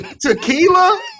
Tequila